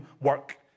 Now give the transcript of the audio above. work